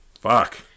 Fuck